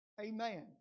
Amen